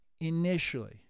initially